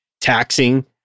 taxing